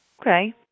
Okay